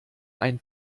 ein